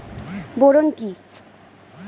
Boron কি?